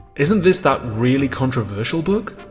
isn't this that really controversial book?